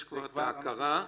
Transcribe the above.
יש כבר הכרה,